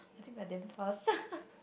I think like damn fast